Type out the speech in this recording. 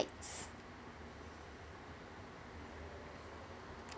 ~es